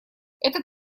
это